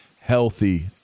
healthy